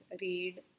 read